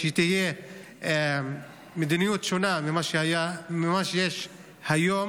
שתהיה מדיניות שונה ממה שיש היום.